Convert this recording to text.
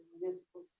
municipal